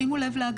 שימו לב להגדרה.